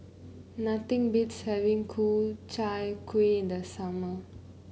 nothing beats having Ku Chai Kuih in the summer